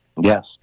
Yes